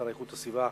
השר לאיכות הסביבה,